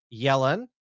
Yellen